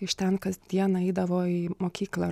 iš ten kasdieną eidavo į mokyklą